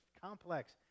complex